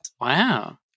Wow